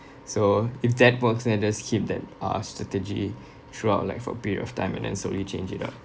so if that works then I just keep that uh strategy throughout like for a period of time and then slowly change it up